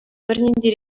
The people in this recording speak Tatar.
бернинди